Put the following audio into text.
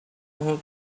our